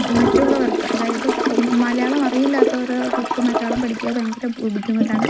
മറ്റുള്ളവര്ക്ക് അതായത് മലയാളം അറിയില്ലാത്തൊരാള്ക്ക് മലയാളം പഠിക്കുക ഭയങ്കര ബു ബുദ്ധിമുട്ടാണ്